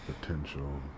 potential